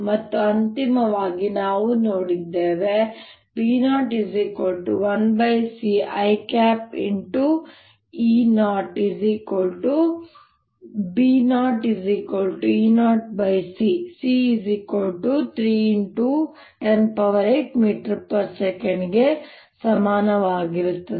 ಮತ್ತು ಅಂತಿಮವಾಗಿ ನಾವು ನೋಡಿದ್ದೇವೆ B01c i ×E0B0|E0|cc3×108 ms ಗೆ ಸಮಾನವಾಗಿರುತ್ತದೆ